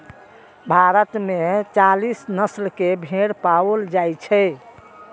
भारत मे चालीस नस्ल के भेड़ पाओल जाइ छै